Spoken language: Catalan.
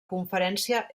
conferència